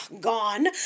gone